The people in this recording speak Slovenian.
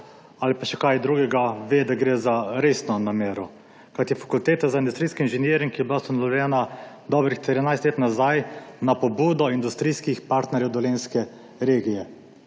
ali pa še kaj drugega, ve, da gre za resno namero. Fakulteta za industrijski inženiring je bila ustanovljena dobrih 13 let nazaj na pobudo industrijskih partnerjev dolenjske regije.